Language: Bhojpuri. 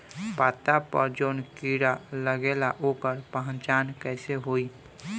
पत्ता पर जौन कीड़ा लागेला ओकर पहचान कैसे होई?